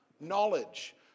knowledge